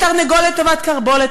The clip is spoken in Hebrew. התרנגולת טובת כרבולת,